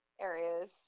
areas